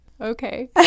Okay